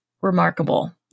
remarkable